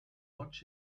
watch